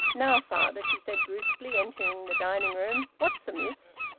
now, father, she said brusquely, entering the dining-room, what's amiss?